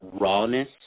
rawness